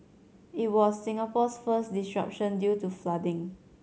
it was Singapore's first disruption due to flooding